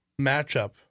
matchup